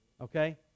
Okay